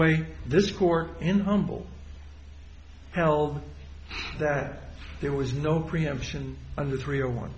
way this court in humble held that there was no preemption of the three or one